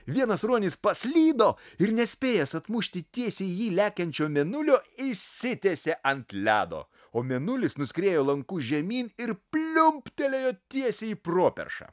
vienas ruonis paslydo ir nespėjęs atmušti tiesiai į jį lekiančio mėnulio išsitiesė ant ledo o mėnulis nuskriejo lanku žemyn ir pliumptelėjo tiesiai į properšą